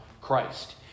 Christ